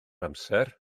amser